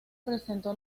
presentó